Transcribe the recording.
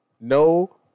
No